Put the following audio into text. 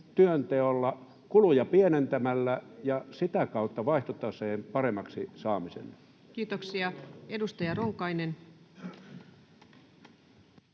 työnteolla, kuluja pienentämällä ja sitä kautta vaihtotaseen paremmaksi saamisella. Kiitoksia. — Edustaja Ronkainen.